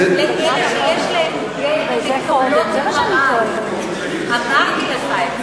אלה שיש להן גן מקבלות MRI, אמרתי את זה.